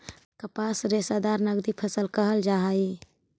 कपास रेशादार नगदी फसल कहल जा हई